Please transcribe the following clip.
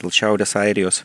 dėl šiaurės airijos